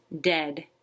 Dead